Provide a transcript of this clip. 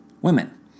women